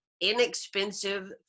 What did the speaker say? inexpensive